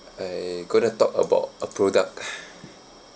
I going to talk about a product